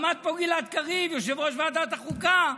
עומד פה גלעד קריב, יושב-ראש ועדת החוקה,